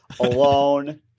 alone